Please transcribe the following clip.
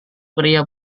pria